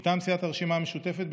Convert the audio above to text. מטעם סיעת הרשימה המשותפת,